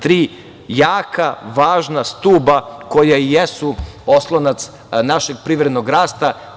Tri jaka, važna stuba koja jesu oslonac našeg privrednog rasta.